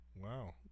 wow